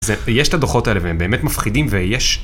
זה... ויש את הדוחות האלה והם באמת מפחידים ויש...